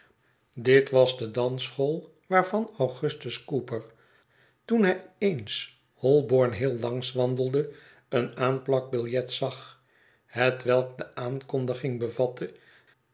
dit was de dansschool waarvan augustus cooper toen hj eens holborn-hill langs wandelde een aanplakbiljet zag hetwelk de aankondiging bevatte